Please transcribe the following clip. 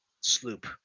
sloop